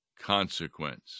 consequence